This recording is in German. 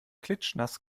klitschnass